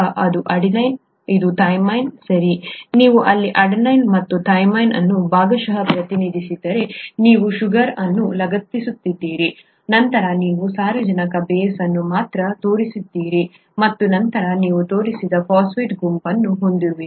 ಇದು ಅಡೆನಿನ್ ಇದು ಥೈಮಿನ್ ಸರಿ ನೀವು ಇಲ್ಲಿ ಅಡೆನಿನ್ ಮತ್ತು ಥೈಮಿನ್ ಅನ್ನು ಭಾಗಶಃ ಪ್ರತಿನಿಧಿಸಿದ್ದೀರಿ ನೀವು ಶುಗರ್ ಅನ್ನು ಲಗತ್ತಿಸಿದ್ದೀರಿ ನಂತರ ನೀವು ಸಾರಜನಕ ಬೇಸ್ ಅನ್ನು ಮಾತ್ರ ತೋರಿಸಿದ್ದೀರಿ ಮತ್ತು ನಂತರ ನೀವು ತೋರಿಸದ ಫಾಸ್ಫೇಟ್ ಗುಂಪನ್ನು ಹೊಂದಿರುವಿರಿ